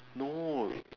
no